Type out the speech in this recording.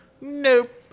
nope